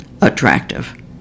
attractive